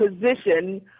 position